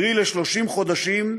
קרי ל-30 חודשים,